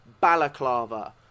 balaclava